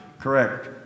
Correct